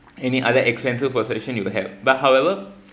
any other expensive possession you will have but however